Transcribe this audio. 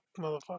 motherfucker